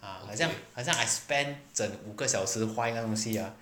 啊好像好像 I spend 整五个小时画那个东西啊